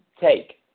take